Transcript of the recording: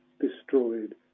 destroyed